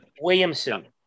Williamson